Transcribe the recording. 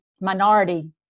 minority